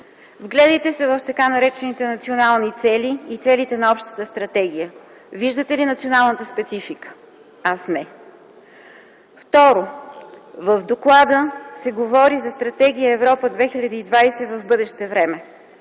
Вгледайте се в така наречените национални цели и целите на общата стратегия. Виждате ли националната специфика? Аз не. Второ, в доклада се говори за Стратегия „Европа 2020” в бъдеще време.